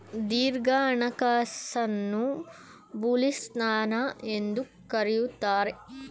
ದೀರ್ಘ ಹಣಕಾಸನ್ನು ಬುಲಿಶ್ ಸ್ಥಾನ ಎಂದು ಕರೆಯುತ್ತಾರೆ